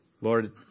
Lord